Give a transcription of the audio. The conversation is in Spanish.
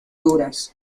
duras